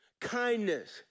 kindness